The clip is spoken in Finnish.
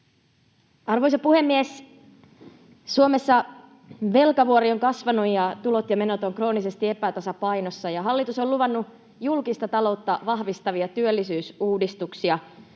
Arvoisa puhemies! Suomessa velkavuori on kasvanut, ja tulot ja menot ovat kroonisesti epätasapainossa. Hallitus on luvannut julkista taloutta vahvistavia työllisyysuudistuksia.